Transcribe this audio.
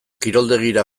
kiroldegira